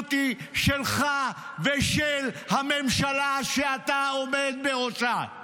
והאחריות היא שלך ושל הממשלה שאתה עומד בראשה,